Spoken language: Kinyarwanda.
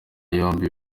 yombi